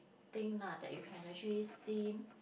thing lah that you can actually steam